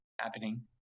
happening